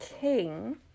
king